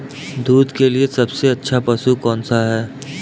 दूध के लिए सबसे अच्छा पशु कौनसा है?